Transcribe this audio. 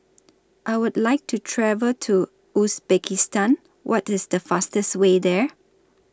I Would like to travel to Uzbekistan What IS The fastest Way There